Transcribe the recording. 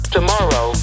Tomorrow